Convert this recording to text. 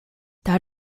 that